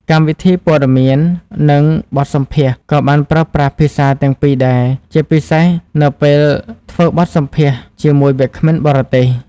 កម្មវិធីព័ត៌មាននិងបទសម្ភាសន៍ក៏បានប្រើប្រាស់ភាសាទាំងពីរដែរ ជាពិសេសនៅពេលធ្វើបទសម្ភាសន៍ជាមួយវាគ្មិនបរទេស។